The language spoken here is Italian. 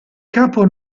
capo